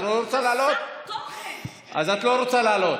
את לא רוצה לעלות?